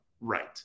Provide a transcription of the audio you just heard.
right